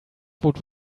would